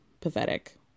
pathetic